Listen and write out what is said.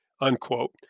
unquote